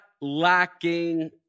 lacking